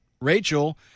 Rachel